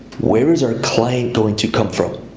where is our client going to come from?